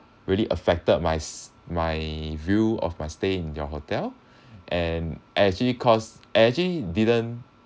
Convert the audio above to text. really affected my s~ my view of my stay in your hotel and actually cause and actually didn't